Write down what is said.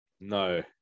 No